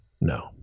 no